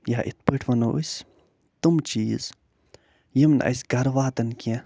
یا یِتھ پٲٹھۍ وَنو أسۍ تٕم چیٖز یِم نہٕ اَسہِ گَرٕواتن کیٚنٛہہ